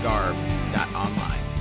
Garb.Online